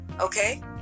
Okay